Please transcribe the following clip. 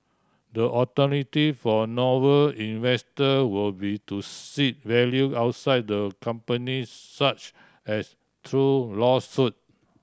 the alternative for Noble investor will be to seek value outside the company such as through lawsuit